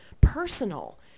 personal